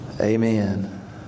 Amen